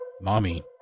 Mommy